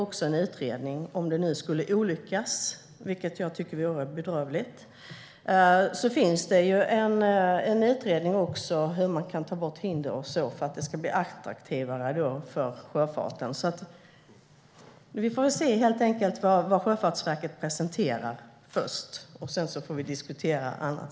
Om det nu skulle olyckas, vilket jag tycker skulle vara bedrövligt, finns det också en utredning om hur man kan ta bort hinder och så vidare för att det ska bli attraktivare för sjöfarten. Vi får helt enkelt först se vad Sjöfartsverket presenterar. Sedan får vi diskutera annat.